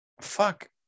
fuck